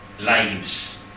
lives